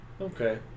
Okay